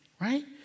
Right